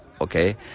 Okay